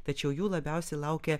tačiau jų labiausiai laukia